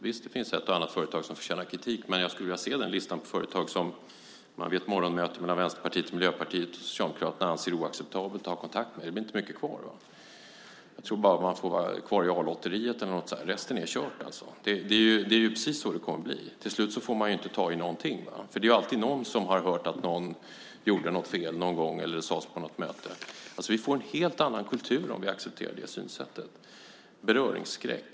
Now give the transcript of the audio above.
Visst finns det ett och annat företag som förtjänar kritik, men jag skulle vilja se den lista på företag som man vid ett morgonmöte mellan Vänsterpartiet, Miljöpartiet och Socialdemokraterna anser oacceptabelt att ha kontakt med. Det blir inte många kvar. Jag tror att man bara får vara kvar i A-lotteriet eller något sådant, resten är kört. Det är precis så det kommer att bli. Till slut får man inte ta i någonting. Det är alltid någon som har hört att någon gjorde något fel någon gång eller att det sades på något möte. Vi får en helt annan kultur om vi accepterar det synsättet. Vi får en beröringsskräck.